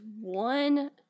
one